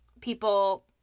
people